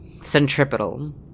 centripetal